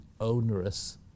onerous